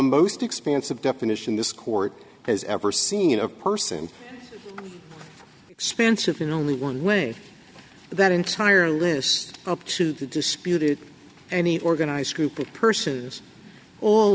most expansive definition this court has ever seen a person expensive in only one way that entire list up to the disputed any organized group it person is all